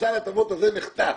סל ההטבות הזה נחתך.